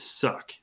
suck